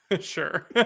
Sure